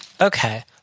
okay